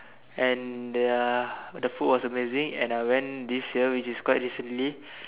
and their the food was amazing and I went this year which is quite recently